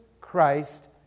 Christ